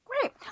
great